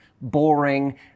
boring